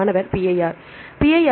மாணவர் PIR